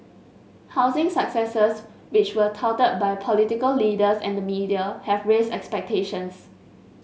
housing successes which were touted by political leaders and the media have raised expectations